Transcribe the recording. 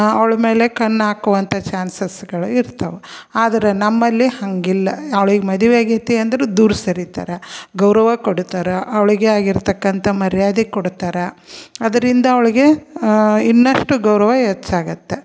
ಅವ್ಳ ಮೇಲೆ ಕಣ್ಣು ಹಾಕುವಂಥ ಚಾನ್ಸಸ್ಗಳು ಇರ್ತಾವೆ ಆದ್ರೆ ನಮ್ಮಲ್ಲಿ ಹಾಗಿಲ್ಲ ಅವ್ಳಿಗೆ ಮದುವೆಯಾಗೈತೆ ಅಂದ್ರೂ ದೂರ ಸರಿತಾರೆ ಗೌರವ ಕೊಡುತ್ತಾರೆ ಅವಳಿಗೆ ಆಗಿರತಕ್ಕಂಥ ಮರ್ಯಾದೆ ಕೊಡುತ್ತಾರೆ ಅದರಿಂದ ಅವಳಿಗೆ ಇನ್ನಷ್ಟು ಗೌರವ ಹೆಚ್ಚಾಗುತ್ತೆ